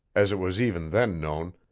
as it was even then known,